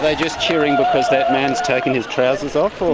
but just cheering because that man has taken his trousers off,